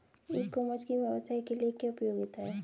ई commerce की व्यवसाय के लिए क्या उपयोगिता है?